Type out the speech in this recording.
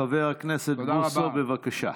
חבר הכנסת בוסו, בבקשה.